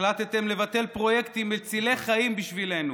החלטתם לבטל פרויקטים מצילי חיים בשבילנו,